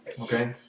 Okay